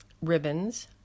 ribbons